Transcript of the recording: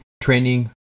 training